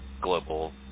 global